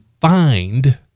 find